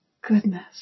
goodness